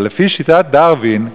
אבל לפי שיטת דרווין,